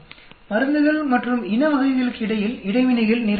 மருந்துகள் மற்றும் இன வகைகளுக்கு இடையில் இடைவினைகள் நிறைய நடக்கும்